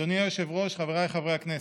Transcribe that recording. אדוני היושב-ראש, חבריי חברי הכנסת,